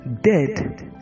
dead